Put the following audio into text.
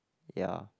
ya